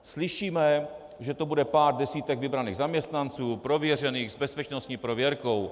Slyšíme, že to bude pár desítek vybraných zaměstnanců, prověřených, s bezpečnostní prověrkou.